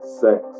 sex